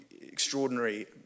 extraordinary